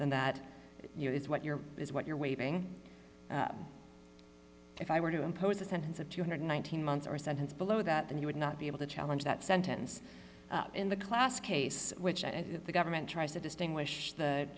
than that is what you're is what you're waving if i were to impose a sentence of two hundred and nineteen months or a sentence below that then you would not be able to challenge that sentence in the class case which the government tries to distinguish the